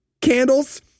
candles